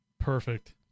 Perfect